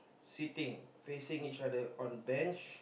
sitting facing each other on a bench